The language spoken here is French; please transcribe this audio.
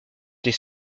des